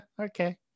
okay